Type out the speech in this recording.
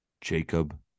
Jacob